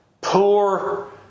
Poor